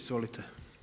Izvolite.